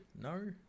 no